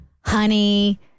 honey